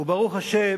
וברוך השם